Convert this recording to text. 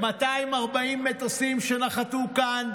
ב-240 מטוסים שנחתו כאן